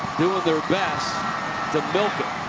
their best to milk